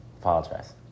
Apologize